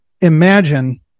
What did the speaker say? Imagine